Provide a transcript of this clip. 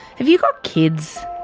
have you got kids?